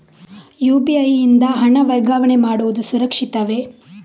UPI ಯಿಂದ ಹಣ ವರ್ಗಾವಣೆ ಮಾಡುವುದು ಸುರಕ್ಷಿತವೇ?